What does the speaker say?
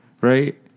right